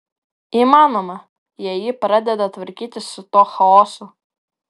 įmanoma jei ji pradeda tvarkytis su tuo chaosu